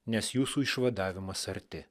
nes jūsų išvadavimas arti